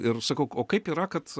ir sakau o kaip yra kad